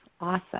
Awesome